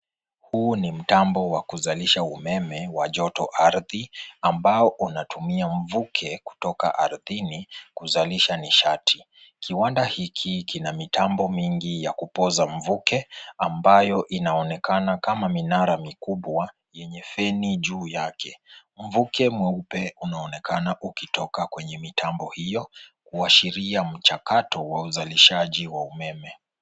Huu ni mtambo wa kuzalisha umeme wa joto ardhi ambao unatumia mvuke kutoka ardhini kuzalisha nishati. Kiwanda hiki kina mitambo mingi ya kupoza mvuke ambayo inaonekana kama minara mikubwa yenye feni juu yake. Mvuke mweupe unaonekana ukitoka kwenye mitambo hiyo, kuashiria mchakato wa uzalishaji wa umeme.